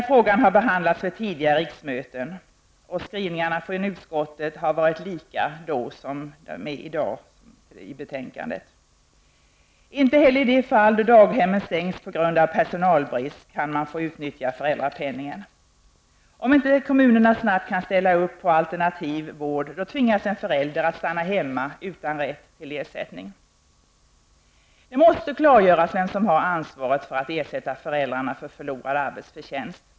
Frågan har behandlats vid tidigare riksmöten, och utskottets skrivningar har då varit desamma som i dagens betänkande. Inte heller i de fall då daghemmen stängs på grund av personalbrist kan föräldrapenningen utnyttjas. Om inte kommunerna snabbt kan ställa upp på alternativ vård tvingas en förälder att stanna hemma utan rätt till ersättning. Det måste klargöras vem som har ansvaret för att ersätta föräldrarna för förlorad arbetsförtjänst.